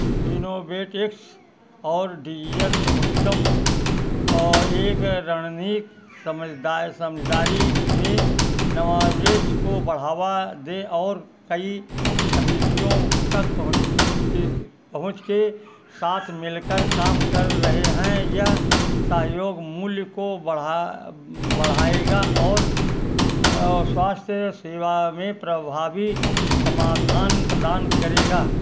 InnovateX और उद्यम एक रणनीति समझदारी में नव निवेश को बढ़ावा दें और कई तकनीकियों तक पहुँच पहुँच के साथ मिलकर काम कर रहे हैं यह सहयोग मूल्य को बढ़ा बढ़ाएगा और स्वास्थ्य सेवा में प्रभावी समाधान प्रदान करेगा